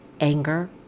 anger